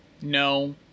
No